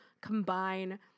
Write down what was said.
combine